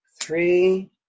three